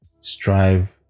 strive